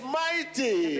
mighty